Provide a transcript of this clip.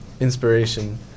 inspiration